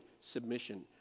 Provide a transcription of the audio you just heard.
submission